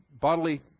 bodily